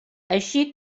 així